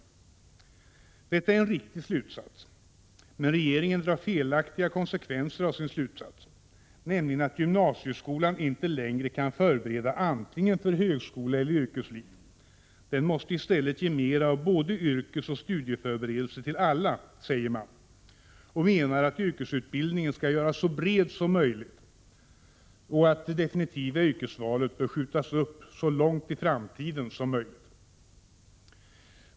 Det är en riktig slutsats, men regeringen drar felaktiga konsekvenser av sin slutsats, nämligen att gymnasieskolan inte längre kan förbereda för antingen högskola eller yrkesliv. Den måste i stället ge mera av både yrkesoch studieförberedelse till alla, säger man och menar att yrkesutbildningen skall göras så bred som möjligt och att det definitiva yrkesvalet bör skjutas upp så långt fram i tiden som möjligt.